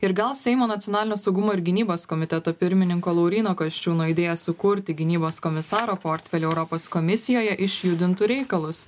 ir gal seimo nacionalinio saugumo ir gynybos komiteto pirmininko lauryno kasčiūno idėja sukurti gynybos komisaro portfelį europos komisijoje išjudintų reikalus